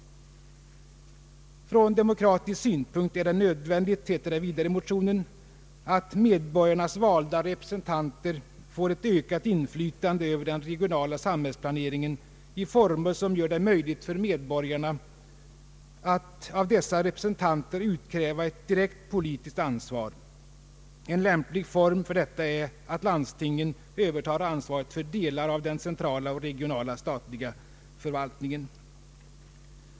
Från demokratisk synpunkt är det nödvändigt, heter det vidare i motionen, att medborgarnas valda representanter får ett ökat inflytande över den regionala samhällsplaneringen i former som gör det möjligt för medborgarna att av dessa representanter utkräva ett direkt politiskt ansvar. En lämplig form för detta är att landstingen övertar ansvaret för delar av den centrala och regionala statliga verksamheten.